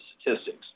statistics